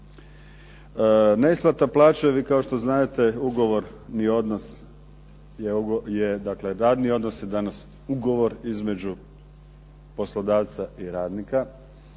Neisplata plaće vi kao što znadete ugovorni odnos je dakle radni odnos, danas ugovor između poslodavca i radnika.